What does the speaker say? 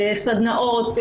סדנאות,